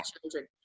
children